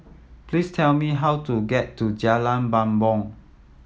please tell me how to get to Jalan Bumbong